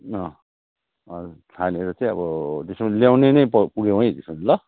हजुर छानेर चाहिँ अब त्यसो हो भने ल्याउने नै पर पुग्यौँ है त्यसो भने ल